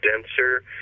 denser